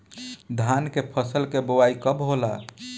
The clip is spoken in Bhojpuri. धान के फ़सल के बोआई कब होला?